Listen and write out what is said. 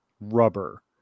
rubber